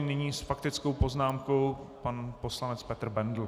Nyní s faktickou poznámkou pan poslanec Petr Bendl.